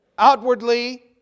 Outwardly